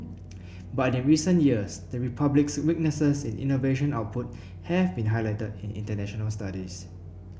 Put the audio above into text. but in recent years the Republic's weaknesses in innovation output have been highlighted in international studies